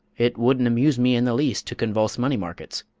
it wouldn't amuse me in the least to convulse money markets.